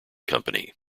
company